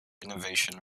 innovation